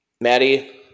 Maddie